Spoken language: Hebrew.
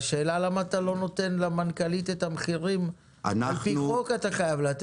השאלה למה אתה לא נותן למנכ"לית את המחירים שלפי חוק אתה חייב לתת אותם.